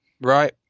Right